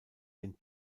den